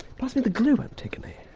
pass me the glue, antigone.